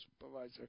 supervisor